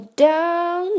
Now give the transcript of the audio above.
down